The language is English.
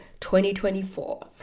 2024